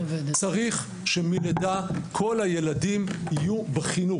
צריך שמלידה כל הילדים יהיו בחינוך.